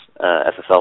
SSL